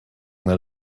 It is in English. that